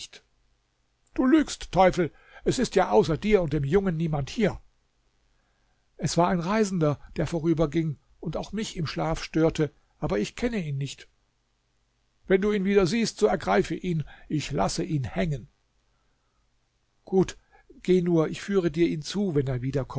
du lügst teufel es ist ja außer dir und dem jungen niemand hier es war ein reisender der vorüberging und auch mich im schlaf störte aber ich kenne ihn nicht wenn du ihn wieder siehst so ergreife ihn ich lasse ihn hängen gut geh nur ich führe dir ihn zu wenn er wiederkommt